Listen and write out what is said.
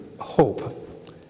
hope